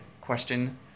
question